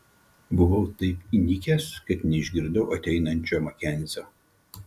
buvau taip įnikęs kad neišgirdau ateinančio makenzio